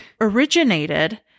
originated